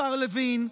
השר לוין,